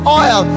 oil